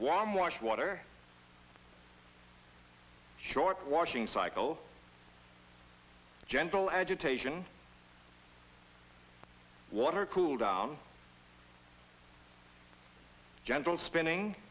warm wash water short washing cycle gentle agitation water cooled down gentle spinning